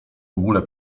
ogóle